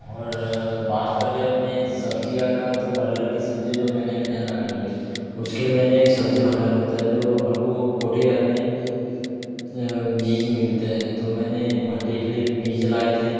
और बात करें अपने सब्जियां का तो बल्लर कि सब्जी जो मैंने मेरे यहाँ लगाई है उसके लिए मैंने एक सब्जी भंडार होता है जो अपन को कोठियार में बीज मिलते हैं तो मैंने भुट्टे के लिए भी बीज लाए थे